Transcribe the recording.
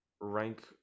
rank